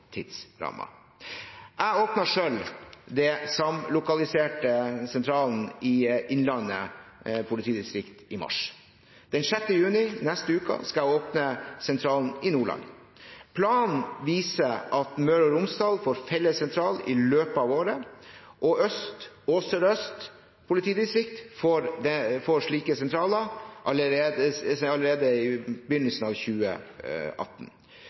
Jeg åpnet selv den samlokaliserte sentralen i Innlandet politidistrikt i mars. Den 6. juni, neste uke, skal jeg åpne sentralen i Nordland. Planene viser at Møre og Romsdal får felles sentral i løpet av året, og Øst og Sør-Øst politidistrikt får slike sentraler allerede i begynnelsen av 2018.